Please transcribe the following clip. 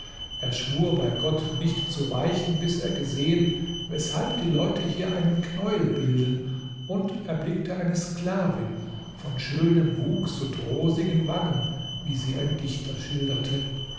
er schwur bei gott nicht zu weichen bis er gesehen weshalb die leute hier einen knäuel bilden und erblickte eine sklavin von schönem wuchs und rosigen wangen wie sie ein dichter schilderte